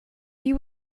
you